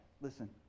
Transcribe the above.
Listen